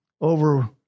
over